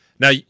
Now